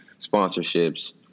sponsorships